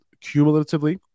cumulatively